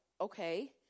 okay